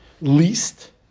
least